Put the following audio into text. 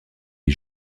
les